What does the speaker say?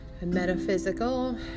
metaphysical